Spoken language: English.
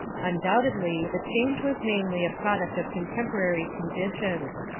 undoubtedly the change was mainly a product of contemporary conditions.